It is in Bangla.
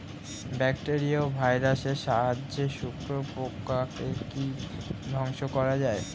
ব্যাকটেরিয়া ও ভাইরাসের সাহায্যে শত্রু পোকাকে কি ধ্বংস করা যায়?